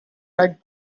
right